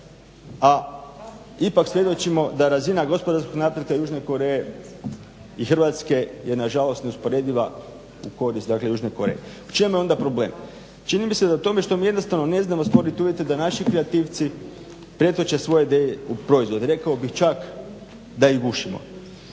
a ipak svjedočimo da razina gospodarskog napretka Južne Koreje i Hrvatske je nažalost neusporediva u korist Južne Koreje. U čemu je onda problem? Čini mi se da u tome što mi jednostavno ne znamo stvoriti uvjete da naši kreativci pretoče svoje ideje u proizvode. Rekao bih čak da ih gušimo.